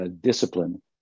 discipline